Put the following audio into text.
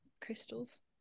crystals